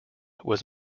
was